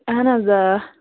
اَہَن حظ آ